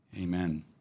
Amen